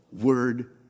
word